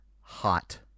hot